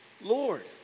Lord